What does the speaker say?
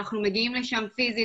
אנחנו מגיעים לשם פיזית,